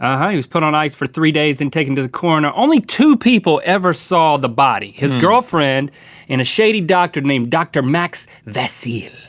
ah he was put on ice for three days and taken to the coroner. only two people ever saw the body his girlfriend and a shady doctor named. dr. max vassille.